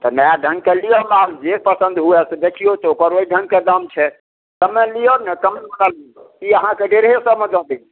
तऽ नया ढङ्गके लिअ माल जे पसन्द हुए से देखियौ तऽ ओकर ओइ ढङ्गके दाम छै कमे लियौ ने ई अहाँकऽ डेढ़े सए मे दऽ देब